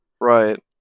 Right